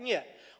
Nie.